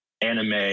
anime